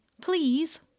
please